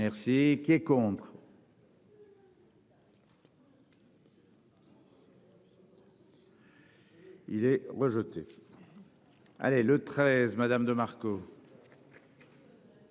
Merci. Qui est contre. Il est rejeté. Allez le 13 Madame de Marco.